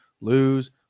lose